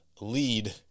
lead